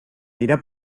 tira